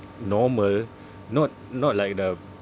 normal not not like the